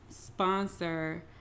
sponsor